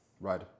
Right